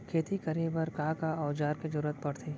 खेती करे बर का का औज़ार के जरूरत पढ़थे?